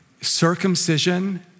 circumcision